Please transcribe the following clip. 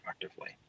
effectively